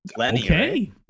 Okay